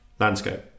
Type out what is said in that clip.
Landscape